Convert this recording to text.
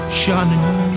shining